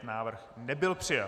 Návrh nebyl přijat.